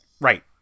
Right